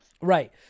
Right